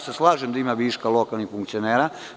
Slažem se da ima viška lokalnih funkcionera.